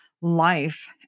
life